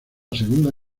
segunda